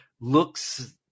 Looks